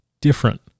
different